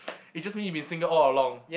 it just mean you've been single all along